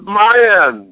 man